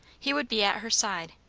he would be at her side,